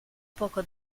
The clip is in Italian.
poco